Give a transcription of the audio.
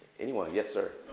anyone? yes, sir.